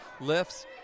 lifts